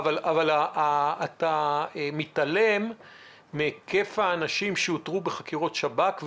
אבל אתה מתעלם מהיקף האנשים שאותרו בחקירות שב"כ,